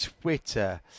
Twitter